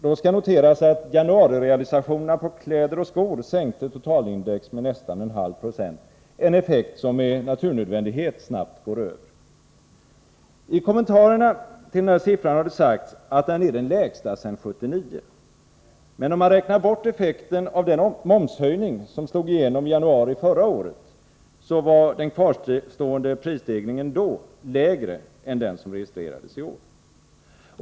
Då skall man notera att januarirealisationerna på kläder och skor sänkte totalindex med nästan 0,5 90 — en effekt som med naturnödvändighet snabbt går över. I kommentarerna till denna siffra har det sagts att den är den lägsta sedan 1979. Men om man räknar bort effekten av den momshöjning som slog igenom i januari förra året, var den kvarstående prisstegringen då lägre än den som registrerades i år.